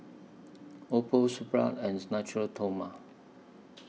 Oppo Supravit and Natura Stoma